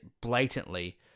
blatantly